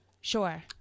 Sure